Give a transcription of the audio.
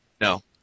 No